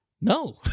no